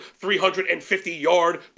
350-yard